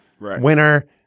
winner